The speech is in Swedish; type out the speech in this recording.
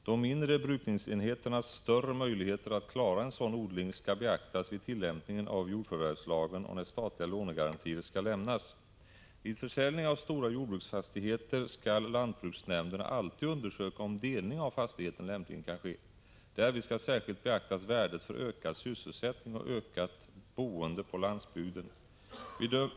De mindre brukningsenheternas större möjligheter att klara en sådan odling skall beaktas vid tillämpningen av jordförvärvslagen och när statliga lånegarantier skall lämnas. Vid försäljning av stora jordbruksfastigheter skall lantbruksnämnderna alltid undersöka om delning av fastigheten lämpligen kan ske. Därvid skall särskilt beaktas värdet för ökad sysselsättning och ökat boende på landsbygden.